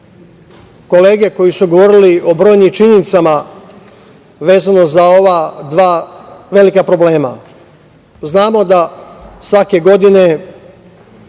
kolege koji su govorili o brojnim činjenicama vezano za ova dva velika problema. Znamo da se svake godine